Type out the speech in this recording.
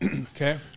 Okay